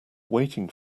waiting